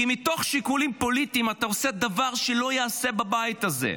כי מתוך שיקולים פוליטיים אתה עושה דבר שלא ייעשה בבית הזה.